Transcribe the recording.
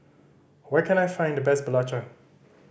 where can I find the best belacan